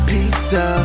Pizza